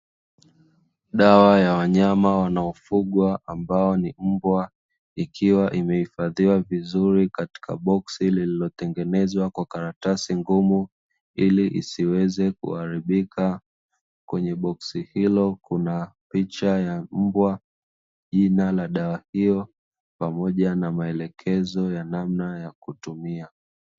Dawa ya wanyama wanaofugwa ambao ni mbwa ikiwa imehifadhiwa vizuri katika boksi lililotengenezwa kwa karatasi ngumu, ili isiweze kuharibika, kwenye boksi hilo kuna picha ya mbwa, jina la dawa hiyo pamoja na maelekezo ya namna ya kutumia.